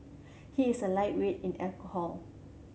he is a lightweight in alcohol